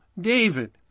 David